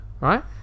right